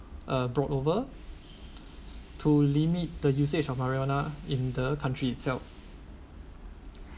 uh brought over to limit the usage of marijuana in the country itself